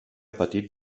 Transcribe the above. patit